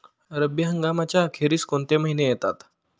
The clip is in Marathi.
रब्बी हंगामाच्या अखेरीस कोणते महिने येतात?